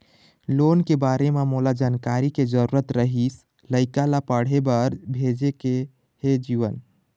loan के बारे म मोला जानकारी के जरूरत रीहिस, लइका ला पढ़े बार भेजे के हे जीवन